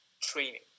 training